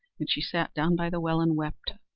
and she sat down by the well and wept.